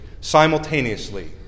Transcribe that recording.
simultaneously